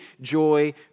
joy